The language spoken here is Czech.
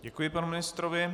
Děkuji panu ministrovi.